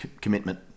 commitment